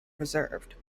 preserved